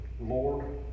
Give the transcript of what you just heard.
Lord